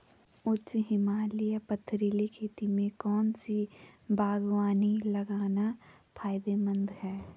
उच्च हिमालयी पथरीली खेती में कौन सी बागवानी लगाना फायदेमंद है?